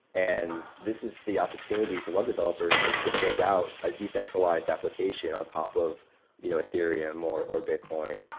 and this is the opportunity for web developers is to build out a decentralized application on top of you know ethereum, or or bitcoin,